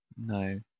No